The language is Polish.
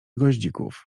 goździków